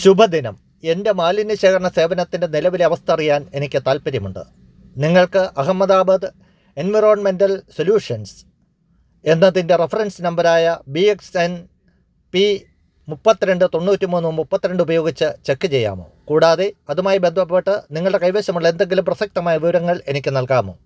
ശുഭദിനം എൻ്റെ മാലിന്യ ശേഖരണ സേവനത്തിൻ്റെ നിലവിലെ അവസ്ഥ അറിയാൻ എനിക്ക് താൽപ്പര്യമുണ്ട് നിങ്ങൾക്ക് അഹമ്മദാബാദ് എൻവിറോൺമെൻ്റെൽ സൊല്യൂഷൻസ് എന്നതിൻ്റെ റഫറൻസ് നമ്പറായ ബി എക്സ് എൻ പി മുപ്പത്തിരണ്ട് തൊണ്ണൂറ്റി മൂന്ന് മുപ്പത്തിരണ്ട് ഉപയോഗിച്ച് ചെക്ക് ചെയ്യാമോ കൂടാതെ അതുമായി ബന്ധപ്പെട്ട് നിങ്ങളുടെ കൈവശമുള്ള എന്തെങ്കിലും പ്രസക്തമായ വിവരങ്ങൾ എനിക്ക് നൽകാമോ